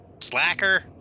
Slacker